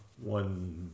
one